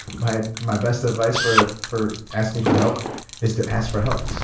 my my best advice for for asking for help is to ask for help